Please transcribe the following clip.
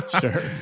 Sure